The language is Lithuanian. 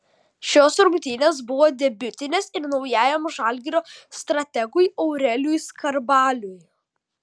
šios rungtynės buvo debiutinės ir naujajam žalgirio strategui aurelijui skarbaliui